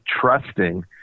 trusting